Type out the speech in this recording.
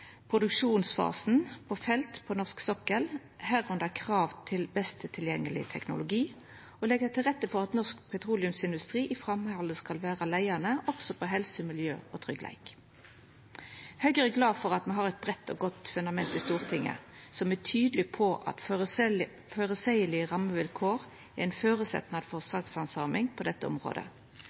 tilgjengeleg teknologi, og leggja til rette for at norsk petroleumsindustri òg framover skal vera leiande på helse, miljø og tryggleik. Høgre er glad for at me har eit breitt og godt fundament i Stortinget som er tydeleg på at føreseielege rammevilkår er ein føresetnad for sakshandsaming på dette området.